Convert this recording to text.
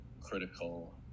critical